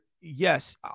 yes